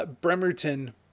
Bremerton